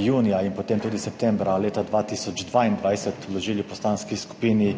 junija in potem tudi septembra leta 2022 vložili v Poslanski skupini